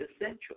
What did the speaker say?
essential